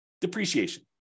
depreciation